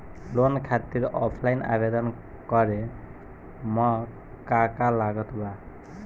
Loan खातिर offline आवेदन करे म का का लागत बा?